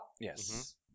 Yes